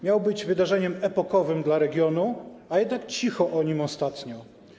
Miał być wydarzeniem epokowym dla regionu, a jednak cicho o nim ostatnio.